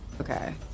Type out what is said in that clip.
Okay